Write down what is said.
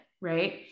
Right